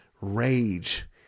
rage